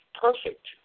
perfect